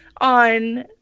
on